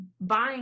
buying –